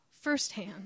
firsthand